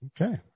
Okay